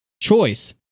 choice